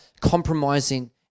compromising